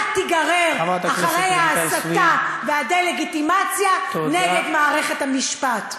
אל תיגרר אחרי ההסתה והדה-לגיטימציה נגד מערכת בית-המשפט.